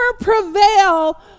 prevail